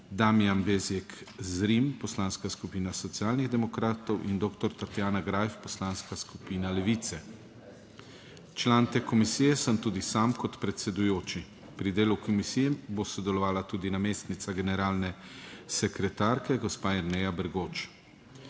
Damijan Bezjak Zrim Poslanska skupina Socialnih demokratov in doktor Tatjana Greif Poslanska skupina Levice. Član te komisije sem tudi sam kot predsedujoči. Pri delu komisije bo sodelovala tudi namestnica generalne sekretarke, gospa Jerneja Bergoč.